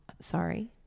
sorry